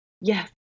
yes